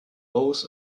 oath